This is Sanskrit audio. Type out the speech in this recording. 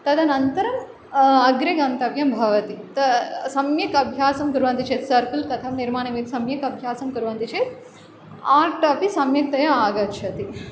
तदनन्तरम् अग्रे गन्तव्यं भवति त सम्यक् अभ्यासं कुर्वन्ति चेत् सर्कल् कथं निर्माणमिति सम्यक् अभ्यासं कुर्वन्ति चेत् आर्ट् अपि सम्यक्तया आगच्छति